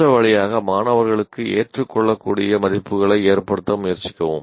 மற்ற வழியாக மாணவர்களுக்கு ஏற்றுக்கொள்ளக்கூடிய மதிப்புகளை ஏற்படுத்த முயற்சிக்கவும்